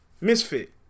Misfit